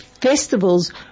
festivals